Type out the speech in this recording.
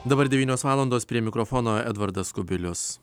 dabar devynios valandos prie mikrofono edvardas kubilius